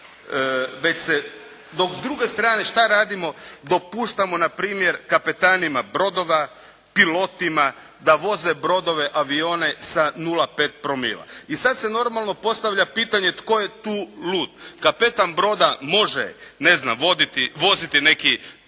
već se, dok s druge strane šta radimo? Dopuštamo na primjer kapetanima brodova, pilotima da voze brodove, avione sa 0,5promila. I sad se normalno postavlja pitanje tko je tu lud? Kapetan broda može, ne znam, voziti neki